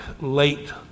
late